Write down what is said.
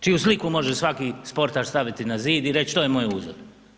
Čiju sliku može svaki sportaš staviti na zid i reći, to je moj uzor.